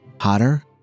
hotter